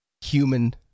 human